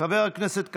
חבר הכנסת כץ,